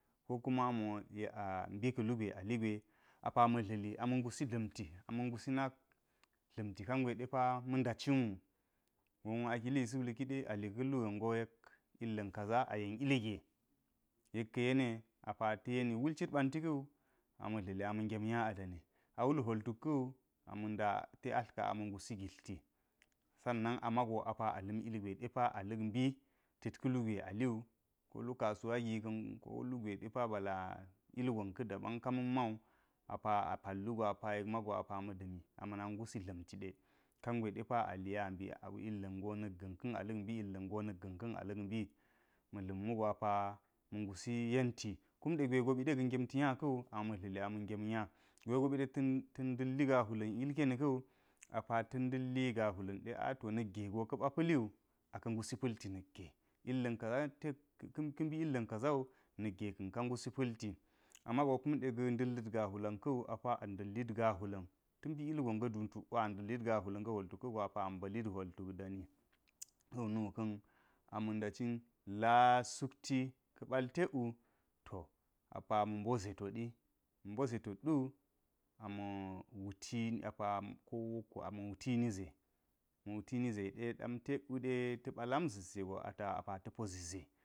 Ko kuma amo yek a mbi ka̱lugwe a li gwe apa ma̱ tlili, ama̱ ngusi da̱uti a ma ngusi nak dla̱mti kangwe depa ma̱ nda cin wu gonwo a kilisi wulki de ali ka̱lu ga̱ngo yela illa̱n ka̱za, a yen ilge yek ka̱ yeniye apa ta yeni, wul cit ɓanti kawu apa ma̱ dlili ama̱ ngem niya a dani a wul hwol tuk ka̱wu ama̱ nda te allke ama̱ ngusi giltim sanuan ama go apa a dla̱m ilgwe depa a lak mbi tet ka̱lu gwe depa ba la ilgon ka daban kama̱n mawu apa apal lu go apa yek mago apa ma̱ da̱mi ama nak ngusi dla̱mti de kangwe depa ali yek ambi illa̱ngo na̱k ga̱n ka̱n ambi illa̱ngo na̱n ka̱ ambi, illa̱ngo na̱n ka̱n alud mbi. Ma̱ dla̱m wugo apa ma̱ ngu si yenti, kunde gwe gobi de ga̱ ngemti nya de ten ndatlit gahwula̱n yilkeni kawu apa ta̱ ndalli gahwula̱n de a to na̱kge go ka̱pa pa̱liwu aka̱ ngusi palti na̱kge illa̱n kaza ka̱ mbi illa̱n kaza wu na̱ka ka̱n ka ngusi pa̱lti amago kume ga̱ ndalla̱n gahwula̱n ka̱wu apa a ndalla̱n gahwula̱n ta̱ ilgon ga̱ du tuk a ndalla̱n gahwula̱n ga̱ hwol tuk ka̱go amḇa̱lit hwol tuk dani, to nuka̱n ama̱ nda̱ cin lasukti ka̱ baltekwu apa ma̱ mbo ze todi ma̱ mboze tot du ama̱ wuti apa kowakko ama̱ wutini ze ma̱ wutini ze de dam tek wude ta̱ ɓa lam za̱t ze go ata̱ po zi ze.